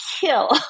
kill